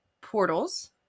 portals